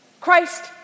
Christ